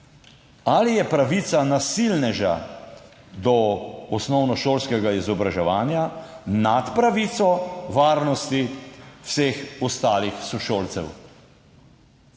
ali je pravica nasilneža do osnovnošolskega izobraževanja nad pravico varnosti vseh ostalih sošolcev.